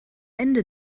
ende